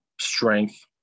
strength